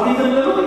אמרתי את זה בגלוי.